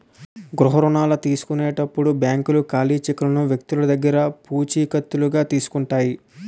గృహ రుణాల తీసుకునేటప్పుడు బ్యాంకులు ఖాళీ చెక్కులను వ్యక్తి దగ్గర పూచికత్తుగా తీసుకుంటాయి